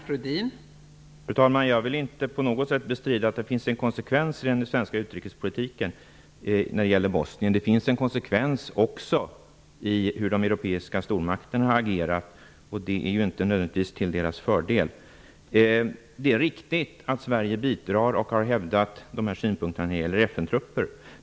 Fru talman! Jag vill inte på något sätt bestrida att det finns en konsekvens i den svenska utrikespolitiken när det gäller Bosnien. Det finns också en konsekvens i hur de europeiska stormakterna agerar. Det är inte nödvändigtvis till deras fördel. Det är riktigt att Sverige bidrar med och hävdar vissa synpunkter när det gäller FN-trupper.